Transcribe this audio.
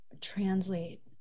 translate